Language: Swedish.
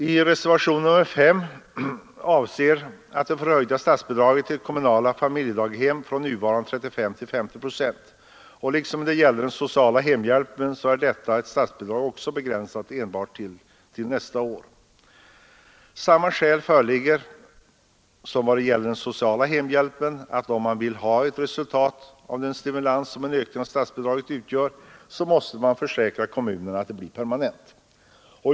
I reservationen 5 hemställs vidare om en höjning av statsbidraget till kommunala familjedaghem från 35 till 50 procent. Liksom när det gällde den sociala hemhjälpen är detta statsbidrag begränsat till enbart nästa år. Samma skäl föreligger här som i fråga om den sociala hemhjälpen. Om man vill nå ett resultat av den stimulans som en ökning av statsbidraget utgör, måste man försäkra kommunerna att den blir permanent.